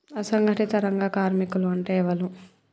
అసంఘటిత రంగ కార్మికులు అంటే ఎవలూ?